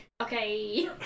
Okay